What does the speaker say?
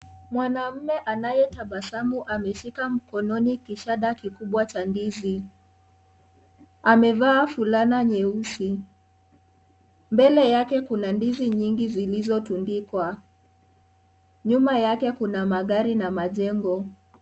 Mwanaume anayetabasamu ameshika mkononi kishada kikubwa cha ndizi, amevaa fulana nyeusi, mbele yake kuna ndizi nyingi zilizo tundikwa, nyuma yake kuna magari na majengo.